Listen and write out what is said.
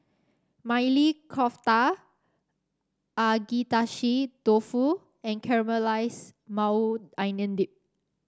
Maili Kofta Agedashi Dofu and Caramelized Maui Onion Dip